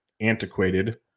antiquated